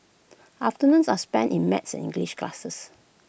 afternoons are spent in maths and English classes